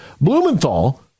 Blumenthal